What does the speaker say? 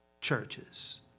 churches